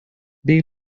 bei